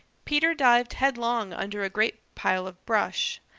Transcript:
peter dived headlong under a great pile of brush.